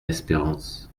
espérance